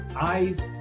eyes